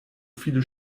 viele